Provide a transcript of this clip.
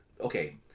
okay